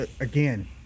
again